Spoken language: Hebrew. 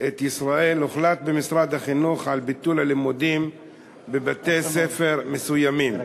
את ישראל הוחלט במשרד החינוך על ביטול הלימודים בבתי-ספר מסוימים.